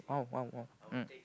!wow! !wow! !wow! mm